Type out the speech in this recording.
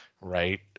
right